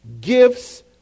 gifts